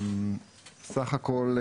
סך הכל,